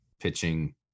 pitching